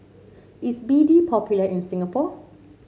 is B D popular in Singapore